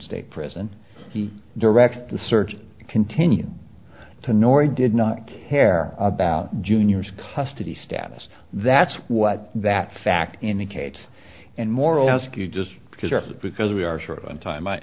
state prison he directs the search continues to nori did not care about junior's custody status that's what that fact indicate and more ask you just because because we are short on time